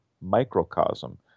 microcosm